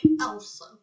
Elsa